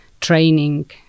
training